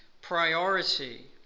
priority